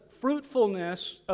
fruitfulness